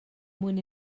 mwyn